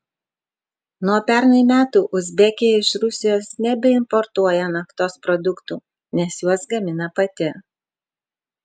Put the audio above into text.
nuo pernai metų uzbekija iš rusijos nebeimportuoja naftos produktų nes juos gamina pati